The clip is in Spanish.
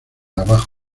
abajo